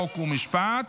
חוק ומשפט